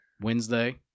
Wednesday